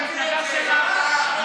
למפלגה שלך.